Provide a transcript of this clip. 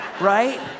Right